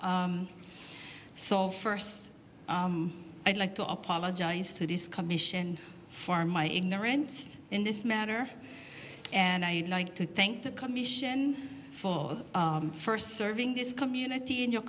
so first i'd like to apologize to this commission for my ignorance in this matter and i like to thank the commission first serving this community in your